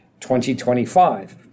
2025